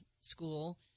School